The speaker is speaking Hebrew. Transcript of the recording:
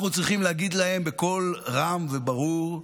אנחנו צריכים להגיד להם בקול רם וברור: